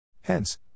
Hence